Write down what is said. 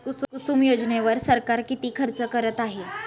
कुसुम योजनेवर सरकार किती खर्च करत आहे?